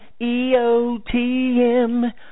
EOTM